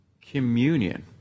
communion